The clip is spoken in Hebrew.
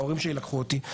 כשההורים שלי לקחו אותי.